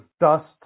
dust